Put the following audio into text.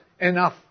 enough